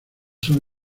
son